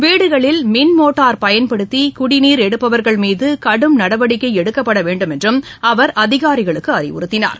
வீடுகளில் மின் மோட்டார் பயன்படுத்தி குடிநீர் எடுப்பவர்கள் மீது கடும் நடவடிக்கை எடுக்கப்பட வேண்டும் என்றும் அவர் அதிகாரிகளுக்கு அறிவுறுத்தினார்